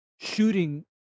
shooting